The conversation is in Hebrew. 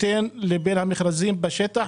לבין המכרזים בשטח,